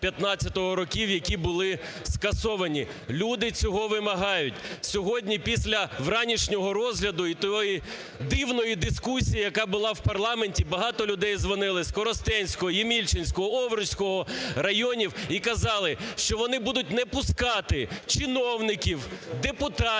вони будуть не пускати чиновників, депутатів,